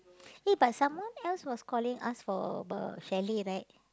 eh but someone else was calling us for about chalet right